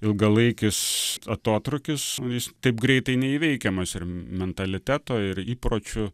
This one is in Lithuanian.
ilgalaikis atotrūkis jis taip greitai neįveikiamas ir mentaliteto ir įpročių